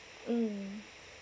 mm